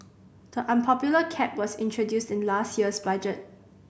the unpopular cap was introduced in last year's budget